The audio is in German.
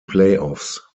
playoffs